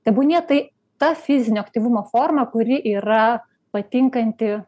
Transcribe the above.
tebūnie tai ta fizinio aktyvumo forma kuri yra patinkanti